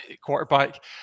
quarterback